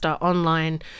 online